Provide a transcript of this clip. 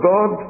God